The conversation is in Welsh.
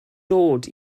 dod